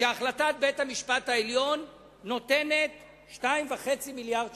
שהחלטת בית-המשפט העליון נותנת 2.5 מיליארדי שקלים,